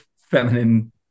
feminine